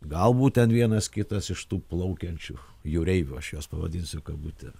gal būtent vienas kitas iš tų plaukiančių jūreivių aš juos pavadinsiu kad būti